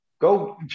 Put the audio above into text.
go